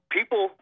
People